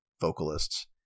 vocalists